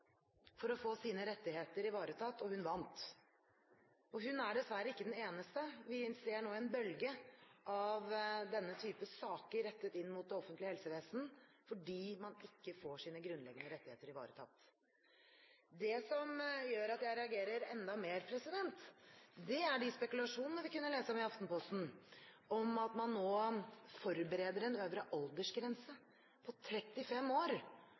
for å få sine rettigheter ivaretatt, og hun vant. Hun er dessverre ikke den eneste. Vi ser nå en bølge av denne type saker rettet mot det offentlige helsevesen, fordi man ikke får sine grunnleggende rettigheter ivaretatt. Det som gjør at jeg reagerer enda mer, er de spekulasjonene vi kunne lese om i Aftenposten, om at man nå forbereder en øvre aldersgrense på 35 år